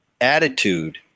attitude